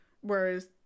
Whereas